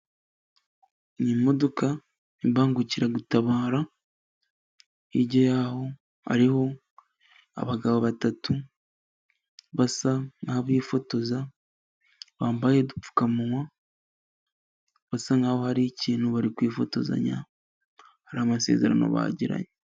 Ni imodoka imbangukiragutabara, hirya yaho hariho abagabo batatu basa nk'abifotoza bambaye udupfukamunwa, basa nk'aho hari ikintu bari kwifotozanya, hari amasezerano bagiranye.